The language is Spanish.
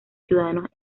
ciudadanos